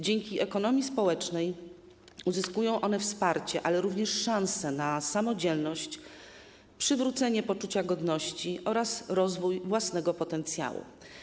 Dzięki ekonomii społecznej uzyskują one wsparcie, ale również szansę na samodzielność, przywrócenie poczucia godności oraz rozwój własnego potencjału.